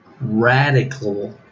radical